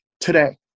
today